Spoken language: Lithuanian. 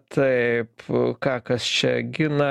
taip ką kas čia gina